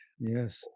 Yes